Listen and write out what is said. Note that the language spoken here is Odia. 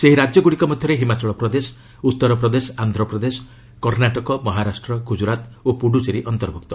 ସେହି ରାକ୍ୟଗୁଡ଼ିକ ମଧ୍ୟରେ ହିମାଚଳ ପ୍ରଦେଶ ଉତ୍ତରପ୍ରଦେଶ ଆନ୍ଧ୍ରପ୍ରଦେଶ କର୍ଣ୍ଣାଟକ ମହାରାଷ୍ଟ୍ର ଗୁଜରାତ୍ ଓ ପୁଡୁଚେରୀ ଅନ୍ତର୍ଭୁକ୍ତ